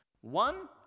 One